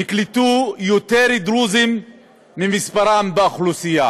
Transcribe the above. נקלטו יותר דרוזים ממספרם באוכלוסייה,